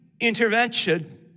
intervention